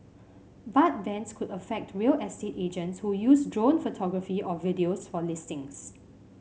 but bans could affect real estate agents who use drone photography or videos for listings